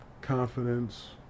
confidence